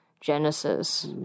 Genesis